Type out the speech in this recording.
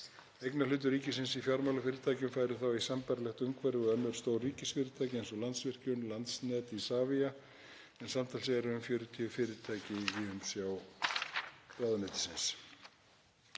Eignarhlutur ríkisins í fjármálafyrirtækjum færi þá í sambærilegt umhverfi og önnur stór ríkisfyrirtæki eins og Landsvirkjun, Landsnet og Isavia, en samtals eru um 40 fyrirtæki í umsjá ráðuneytisins.